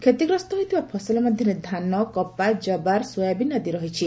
କ୍ଷତିଗ୍ରସ୍ତ ହୋଇଥିବା ଫସଲ ମଧ୍ୟରେ ଧାନ କପା ଜବାର୍ ସୋୟାବିନ୍ ଆଦି ରହିଛି